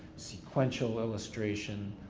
sequential illustration,